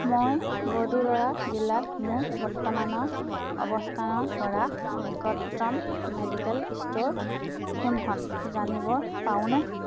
মই বদোদৰা জিলাত মোৰ বৰ্তমানৰ অৱস্থানৰপৰা নিকটতম মেডিকেল ষ্ট'ৰ কোনখন জানিব পাৰোঁনে